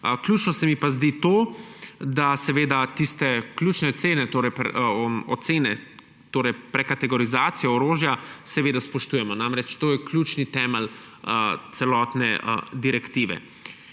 Ključno se mi pa zdi to, da tiste ključne ocene, torej prekategorizacijo orožja, spoštujemo. To je ključni temelj celotne direktive.